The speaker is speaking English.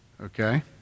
Okay